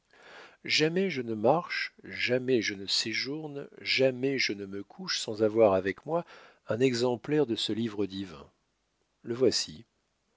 jamais je ne marche jamais je ne séjourne jamais je ne me couche sans avoir avec moi un exemplaire de ce livre divin le voici